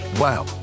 Wow